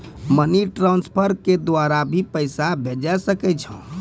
Money transfer के द्वारा भी पैसा भेजै सकै छौ?